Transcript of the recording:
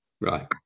Right